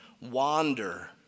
wander